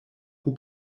who